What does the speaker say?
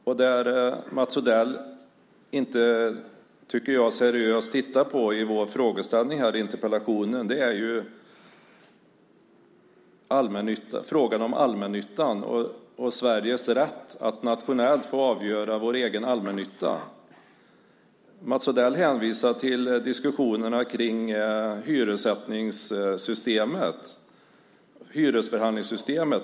Något som jag tycker att Mats Odell inte seriöst tittar på i frågeställningen i interpellationen är frågan om allmännyttan och Sveriges rätt att nationellt få avgöra vår egen allmännytta. Mats Odell hänvisar till diskussionerna kring hyressättningssystemet och hyresförhandlingssystemet.